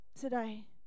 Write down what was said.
today